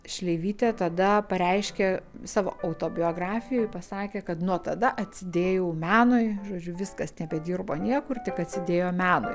šleivytė tada pareiškė savo autobiografijoj pasakė kad nuo tada atsidėjau menui žodžiu viskas nebedirbo niekur tik atsidėjo menui